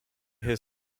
his